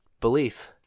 belief